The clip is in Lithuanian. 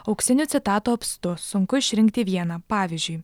auksinių citatų apstu sunku išrinkti vieną pavyzdžiui